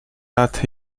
lat